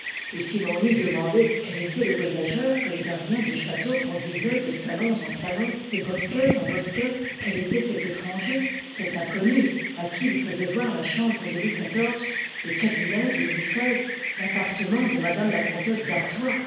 et si ton eût demandé quel éloit le voyageur que les gardiens du château conduisoient de salons en salons de bosquets en bosquets quel étoit cet étranger cet inconnu à qui ils faisoient voir la chambre de louis xiv le cabinet de louis xyi l'appartement de m la comtesse d'artois